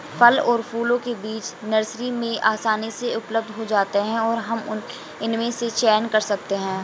फल और फूलों के बीज नर्सरी में आसानी से उपलब्ध हो जाते हैं और हम इनमें से चयन कर सकते हैं